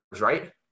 right